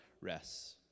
rests